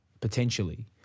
potentially